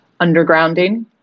undergrounding